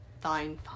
fine